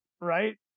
right